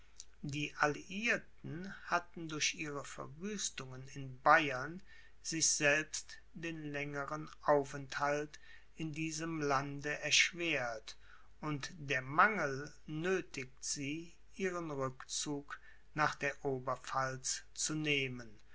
die alliierten hatten durch ihre verwüstungen in bayern sich selbst den längeren aufenthalt in diesem lande erschwert und der mangel nöthigt sie ihren rückzug nach der oberpfalz zu nehmen